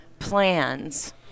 Plans